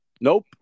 Nope